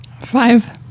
Five